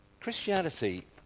Christianity